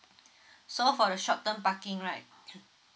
so for a short term parking right